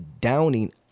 downing